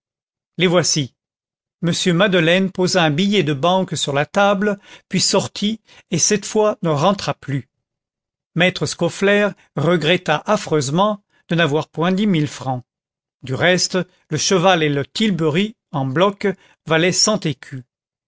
les voici m madeleine posa un billet de banque sur la table puis sortit et cette fois ne rentra plus maître scaufflaire regretta affreusement de n'avoir point dit mille francs du reste le cheval et le tilbury en bloc valaient cent écus